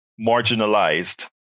marginalized